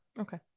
okay